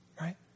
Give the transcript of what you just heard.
right